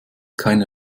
keine